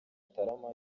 mutarama